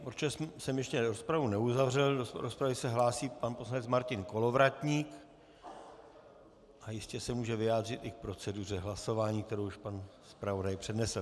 Protože jsem ještě rozpravu neuzavřel, do rozpravy se hlásí pan poslanec Martin Kolovratník a jistě se může vyjádřit i k proceduře hlasování, kterou už pan zpravodaj přednesl.